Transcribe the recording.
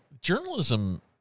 journalism